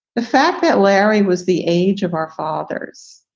the fact that larry was the age of our fathers.